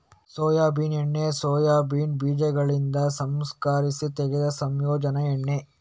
soybean ಎಣ್ಣೆ soybean ಬೀಜಗಳಿಂದ ಸಂಸ್ಕರಿಸಿ ತೆಗೆದ ಸಸ್ಯಜನ್ಯ ಎಣ್ಣೆ